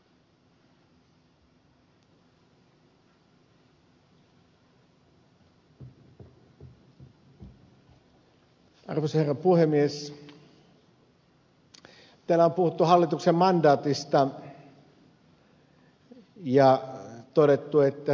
täällä on puhuttu hallituksen mandaatista ja todettu että se on vahva